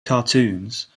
cartoons